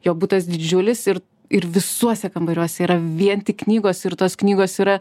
jo butas didžiulis ir ir visuose kambariuose yra vien tik knygos ir tos knygos yra